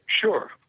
Sure